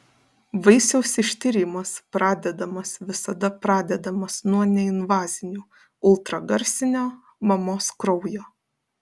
vaisiaus ištyrimas pradedamas visada pradedamas nuo neinvazinių ultragarsinio mamos kraujo